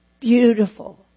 beautiful